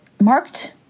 marked